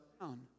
down